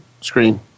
screen